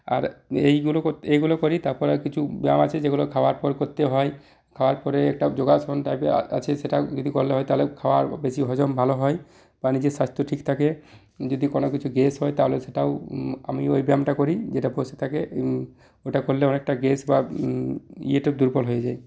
আর এইগুলো করতে এইগুলো করি তারপরে কিছু ব্যায়াম আছে যেগুলো খাওয়ার পর করতে হয় খাওয়ার পরে একটা যোগাসন টাইপের আছে সেটা যদি হয় তাহলে খাবার বেশি হজম ভালো হয় বা নিজের স্বাস্থ্য ঠিক থাকে যদি কোনোকিছু গ্যাস হয় তাহলে সেটাও আমি ওই ব্যায়ামটা করি যেটা থাকে ওটা করলে অনেকটা গ্যাস বা ইয়েটা দুর্বল হয়ে যায়